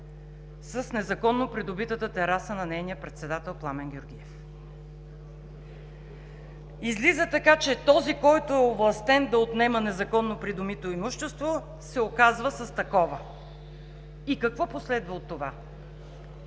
„С незаконно придобитата тераса на нейния председател Пламен Георгиев.“ Излиза така, че този, който е овластен да отнема незаконно придобито имущество, се оказва с такова. И какво последва от това?!